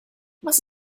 was